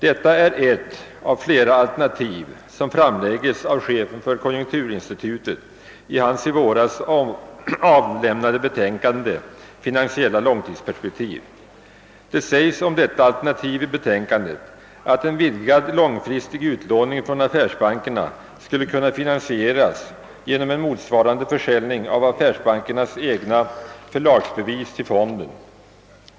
Detta är ett av flera alternativ, som framlägges av chefen för konjunkturinstitutet i hans i våras avlämnade betänkande »Finansiella långtidsperspektiv». Det anförs om detta alternativ i betänkandet att en vidgad långfristig utlåning till affärsbankerna skulle kunna finansieras genom en motsvarande försäljning av affärsbankernas egna förlagsbevis till fonden.